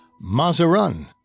Mazarin